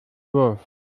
wurf